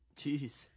Jeez